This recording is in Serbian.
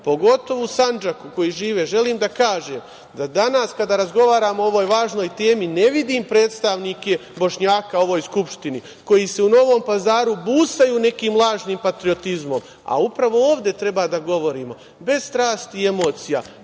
pogotovo u Sandžaku koji žive, želim da kažem da danas kada razgovaramo o ovoj važnoj temi ne vidim predstavnike Bošnjaka u ovoj Skupštini, koji se u Novom Pazaru busaju nekim lažnim patriotizmom, a upravo ovde treba da govorimo, bez strasti i emocija,